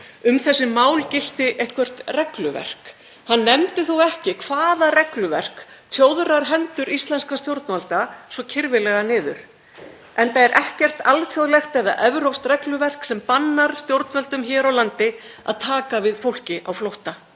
um þessi mál gilti eitthvert regluverk. Hann nefndi þó ekki hvaða regluverk tjóðraði hendur íslenskra stjórnvalda svo kirfilega niður, enda er ekkert alþjóðlegt eða evrópskt regluverk sem bannar stjórnvöldum hér á landi að taka við fólki á flótta.